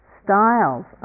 styles